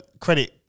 credit